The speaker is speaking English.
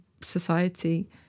society